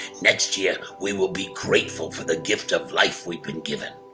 next year, we will be grateful for the gift of life we've been given.